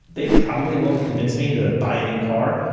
they probably won't convince me to buy a new car,